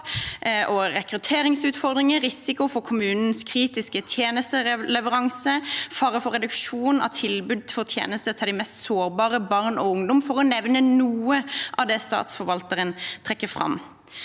og rekrutteringsutfordringer, risiko for kommunens kritiske tjenesteleveranse, fare for reduksjon i tilbudet av tjenester til de mest sårbare, barn og ungdom, for å nevne noe av det statsforvalteren trekker fram.